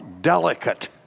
delicate